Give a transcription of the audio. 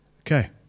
Okay